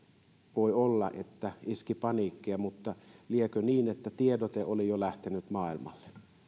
voi olla että iski paniikki mutta liekö niin että tiedote oli jo lähtenyt maailmalle